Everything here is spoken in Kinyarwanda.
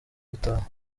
gutahuka